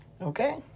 Okay